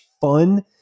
fun